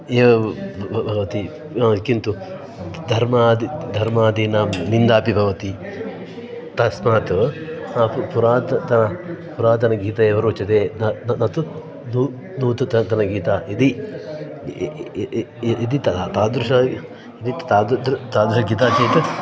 एव भ भवति किन्तु द् धर्मादि द् धर्मादीनां निन्दा अपि भवति तस्मात् प् पुरात् त पुरातनगीता एव रोचते न न तु दू दूत गीता इति इ इति त तादृशी इति त तादृशी गीता चेत्